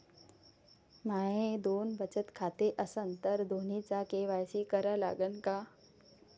माये दोन बचत खाते असन तर दोन्हीचा के.वाय.सी करा लागन का?